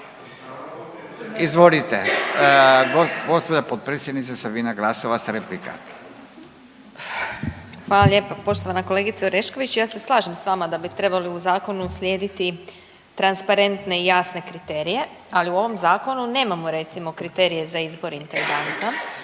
Izvolite gospođa potpredsjednica Sabina Glasovac replika. **Glasovac, Sabina (SDP)** Hvala lijepa. Poštovana kolegice Orešković ja se slažem s vama da bi trebali u zakonu uslijediti transparentne i jasne kriterije. Ali u ovom zakonu nemamo recimo kriterije za izbor intendanta,